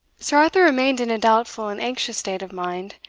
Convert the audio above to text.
sir arthur remained in a doubtful and anxious state of mind.